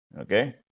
Okay